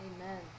Amen